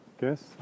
guess